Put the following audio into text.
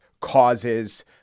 causes